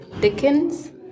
Dickens